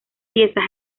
piezas